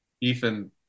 Ethan